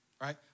right